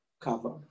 cover